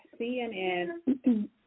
CNN